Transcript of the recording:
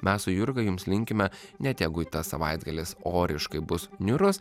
mes su jurga jums linkime net jeigu tas savaitgalis oriškai bus niūrus